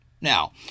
now